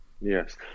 yes